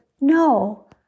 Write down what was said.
no